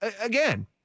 again